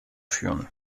führen